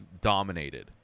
dominated